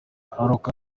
aruko